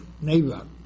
neighbor